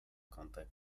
kontakt